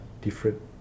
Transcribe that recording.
different